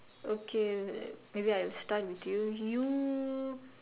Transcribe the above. okay maybe I'll start with you you